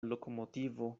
lokomotivo